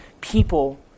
people